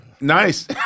Nice